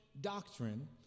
doctrine